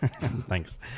Thanks